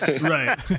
Right